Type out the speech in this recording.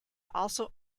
also